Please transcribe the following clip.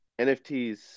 NFTs